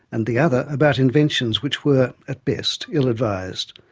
and the other about inventions which were, at best, ill-advised.